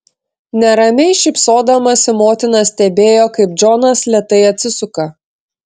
neramiai šypsodamasi motina stebėjo kaip džonas lėtai atsisuka